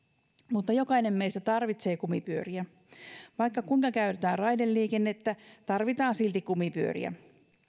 mutta jokainen meistä tarvitsee kumipyöriä vaikka kuinka käytetään raideliikennettä tarvitaan silti kumipyöriä